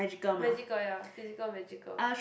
magical ya physical magical